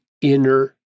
inner